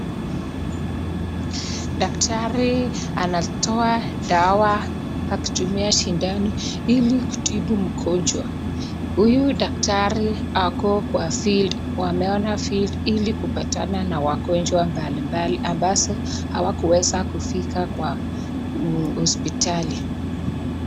Daktari anatoa dawa akitumia sindano ili kutibu mgonjwa. Huyu daktari ako kwa field wameona field ili kupatana na wagonjwa mbalimbali ambazo hawakuweza kufika kwa hospitali.